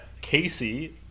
Casey